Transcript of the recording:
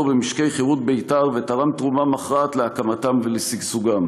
במשקי חרות-בית"ר ותרם תרומה מכרעת להקמתם ולשגשוגם.